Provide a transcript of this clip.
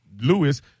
Lewis